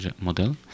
model